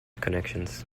connections